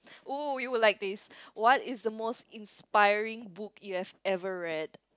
oh you would like this what is the most inspiring book you have ever read